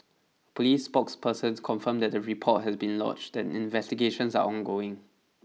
police spokesperson confirmed that the report has been lodged and investigations are ongoing